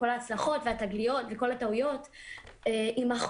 כל ההצלחות והתגליות וכל הטעויות ימחקו.